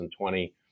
2020